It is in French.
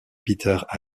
petr